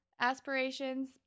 aspirations